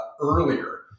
earlier